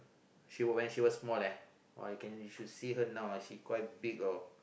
she wa~ when she was small eh you should see her now ah she quite big orh